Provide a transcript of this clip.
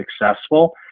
successful